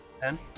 ten